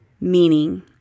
meaning